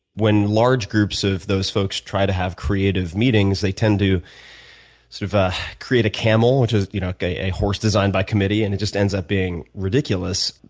when large groups of those folks try to have creative meetings, they tend to sort of create a camel, which is you know a a horse designed by committee, and it just ends up being ridiculous.